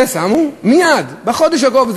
את זה שמו מייד, בחודש הקרוב.